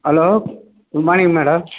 hello good morning madam